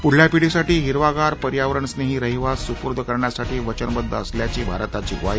पुढल्या पिढीसाठी हिरवागार पर्यावरणस्नेही रहिवास सुपूर्द करण्यासाठी वचनबद्ध असल्याची भारताची ग्वाही